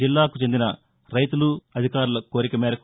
జిల్లాకు చెందిన రైతులు అధికారుల కోరిక మేరకు